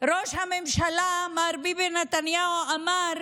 ראש הממשלה מר ביבי נתניהו אמר